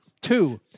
Two